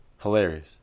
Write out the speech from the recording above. Hilarious